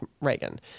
Reagan